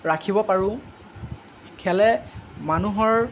ৰাখিব পাৰোঁ খেলে মানুহৰ